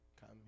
come